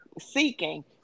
Seeking